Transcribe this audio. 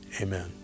Amen